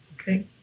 Okay